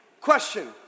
question